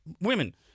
women